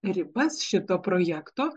ribas šito projekto